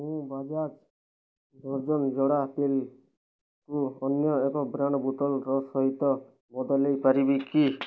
ମୁଁ ବାଜାଜ ଭର୍ଜିନ୍ ଜଡ଼ା ତେଲ କୁ ଅନ୍ୟ ଏକ ବ୍ରାଣ୍ଡ୍ ବୋତଲର ସହିତ ବଦଳାଇ ପାରିବି କି